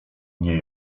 nie